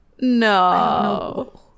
no